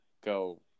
go